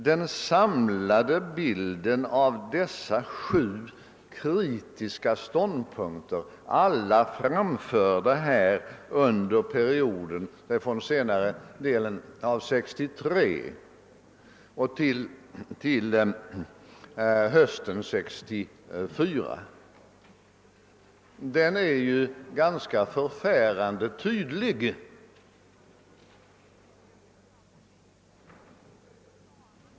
Den samlade bilden av dessa sju kritiska ståndpunkter, alla framförda här under perioden från senare delen från 1963 och till hösten 1964, är förfärande tydlig.